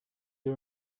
you